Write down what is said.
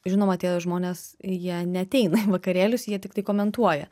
žinoma tie žmonės jie neateina į vakarėlius jie tiktai komentuoja